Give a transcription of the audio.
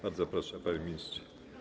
Bardzo proszę, panie ministrze.